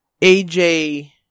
AJ